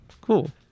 Cool